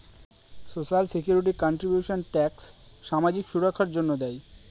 social security contributions tax সামাজিক সুররক্ষার জন্য দেয়